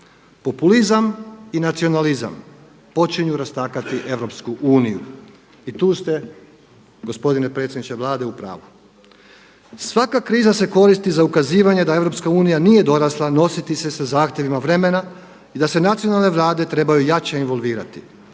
Populizam i nacionalizam počinju rastakati EU i tu ste gospodine predsjedniče Vlade u pravu. Svaka kriza se koristi za ukazivanje da EU nije dorasla nositi se sa zahtjevima vremena i da se nacionalne Vlade trebaju jače involvirati,